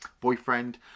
boyfriend